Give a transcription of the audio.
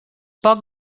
poc